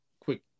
quick